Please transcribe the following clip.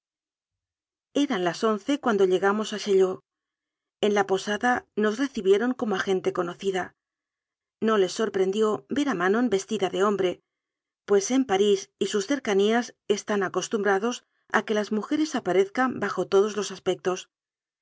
eran las once cuando llegamos a chaillot en la posada nos recibieron como a gente conocida no les sorprendió ver a manon vestida de hom bre pues en parís y sus cercanías están acos tumbrados a que las mujeres aparezcan bajo todos los aspectos